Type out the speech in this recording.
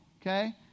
Okay